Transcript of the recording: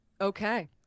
Okay